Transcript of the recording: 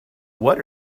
what